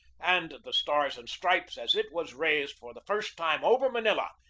and the stars and stripes, as it was raised for the first time over manila,